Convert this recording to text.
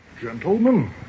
Gentlemen